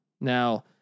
Now